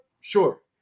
sure